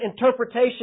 interpretation